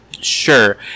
Sure